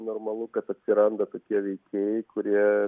normalu kad atsiranda tokie veikėjai kurie